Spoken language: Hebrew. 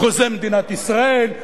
חוזה מדינת ישראל,